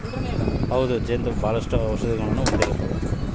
ಜೇನು ತುಪ್ಪ ಬಾಳಷ್ಟು ಔಷದಿಗುಣ ಹೊಂದತತೆ